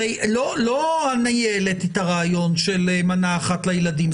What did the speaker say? לא אני העליתי את הרעיון של מנה אחת לילדים.